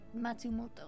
Matsumoto